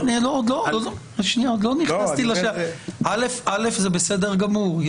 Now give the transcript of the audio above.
בסדר גמור.